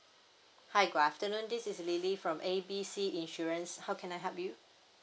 hi good afternoon this is lily from A B C insurance how can I help you